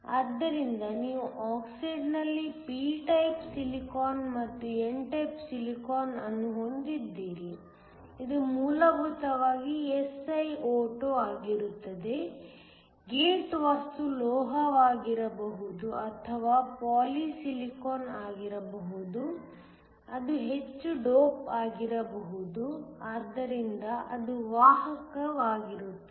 ಆದ್ದರಿಂದ ನೀವು ಆಕ್ಸೈಡ್ನಲ್ಲಿ p ಟೈಪ್ ಸಿಲಿಕಾನ್ ಮತ್ತು n ಟೈಪ್ ಸಿಲಿಕಾನ್ ಅನ್ನು ಹೊಂದಿದ್ದೀರಿ ಇದು ಮೂಲಭೂತವಾಗಿ SiO2 ಆಗಿರುತ್ತದೆ ಗೇಟ್ ವಸ್ತುವು ಲೋಹವಾಗಿರಬಹುದು ಅಥವಾ ಪಾಲಿ ಸಿಲಿಕಾನ್ ಆಗಿರಬಹುದು ಅದು ಹೆಚ್ಚು ಡೋಪ್ ಆಗಿರಬಹುದು ಆದ್ದರಿಂದ ಅದು ವಾಹಕವಾಗಿರುತ್ತದೆ